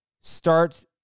Start